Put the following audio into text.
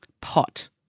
pot